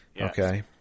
Okay